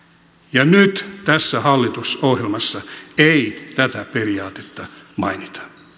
ja nyt tässä hallitusohjelmassa ei tätä periaatetta mainita